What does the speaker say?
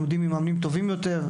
וממאמנים טובים יותר.